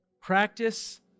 practice